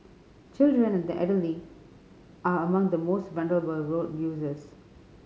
children and the elderly are among the most vulnerable road users